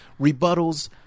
rebuttals